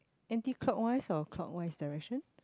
anti clockwise or clockwise direction